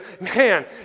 man